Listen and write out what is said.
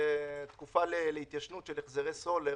של תקופת ההתיישנות של החזרי סולר